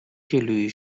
کیلویی